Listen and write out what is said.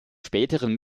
späten